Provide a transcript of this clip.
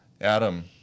Adam